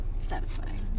Satisfying